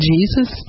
Jesus